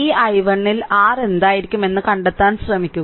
ഈ i1 ൽ r എന്തായിരിക്കും എന്ന് കണ്ടെത്താൻ ശ്രമിക്കുക